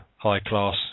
high-class